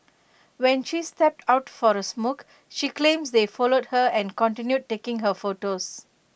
when she stepped out for A smoke she claims they followed her and continued taking her photos